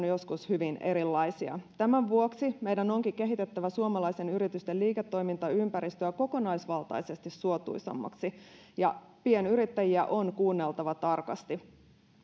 joskus hyvin erilaisia tämän vuoksi meidän onkin kehitettävä suomalaisten yritysten liiketoimintaympäristöä kokonaisvaltaisesti suotuisammaksi ja pienyrittäjiä on kuunneltava tarkasti